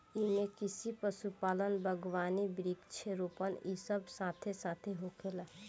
एइमे कृषि, पशुपालन, बगावानी, वृक्षा रोपण इ सब साथे साथ होखेला